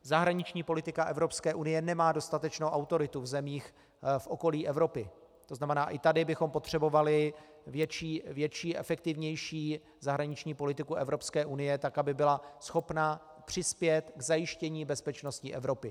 Zahraniční politika Evropské unie nemá dostatečnou autoritu v zemích v okolí Evropy, tzn. i tady bychom potřebovali větší a efektivnější zahraniční politiku Evropské unie, tak aby byla schopna přispět k zajištění bezpečnosti Evropy.